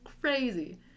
crazy